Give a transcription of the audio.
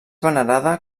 venerada